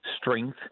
strength